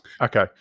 Okay